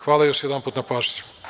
Hvala još jedanput na pažnji.